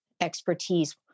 expertise